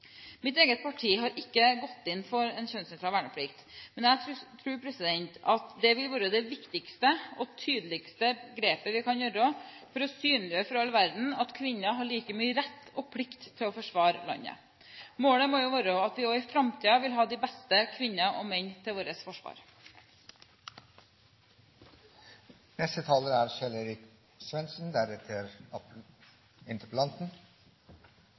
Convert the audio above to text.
Mitt eget parti har ikke gått inn for en kjønnsnøytral verneplikt, men jeg tror at det vil være det viktigste og tydeligste grepet vi kan gjøre for å synliggjøre for all verden at kvinner har like mye rett og plikt til å forsvare landet. Målet må jo være at vi også i framtiden vil ha de beste kvinner og menn til vårt